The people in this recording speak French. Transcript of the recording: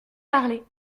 parler